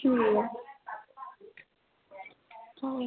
आं ठीक ऐ ठीक